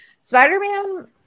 Spider-Man